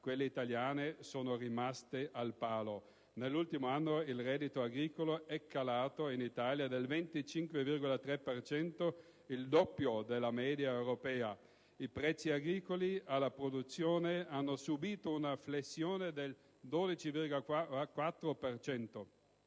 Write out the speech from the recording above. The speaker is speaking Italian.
quelle italiane sono rimaste al palo. Nell'ultimo anno il reddito agricolo è calato in Italia del 25,3 per cento, il doppio della media europea. I prezzi agricoli alla produzione hanno subito una flessione del 12,4